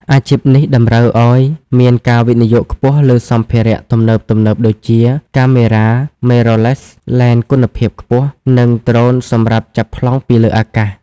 អាជីពនេះតម្រូវឱ្យមានការវិនិយោគខ្ពស់លើសម្ភារៈទំនើបៗដូចជា កាមេរ៉ា Mirrorless ឡេនគុណភាពខ្ពស់ និងដ្រូនសម្រាប់ចាប់ប្លង់ពីលើអាកាស។